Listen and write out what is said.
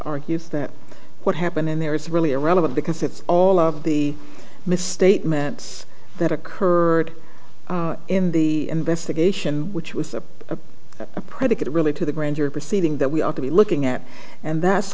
argues that what happened in there is really irrelevant because it's all of the misstatements that occurred in the investigation which was a a a predicate really to the grand jury proceeding that we ought to be looking at and that's